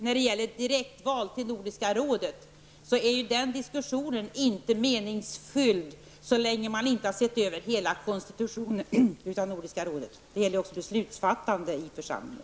När det gäller direktval till Nordiska rådet är den diskussionen inte meningsfull så länge man inte har sett över Nordiska rådets hela konstitution. Det gäller också församlingens beslutsfattande.